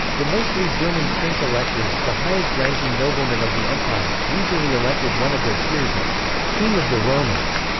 the mostly german prince-electors, the highest-ranking noblemen of the empire, usually elected one of their peers as king of the romans,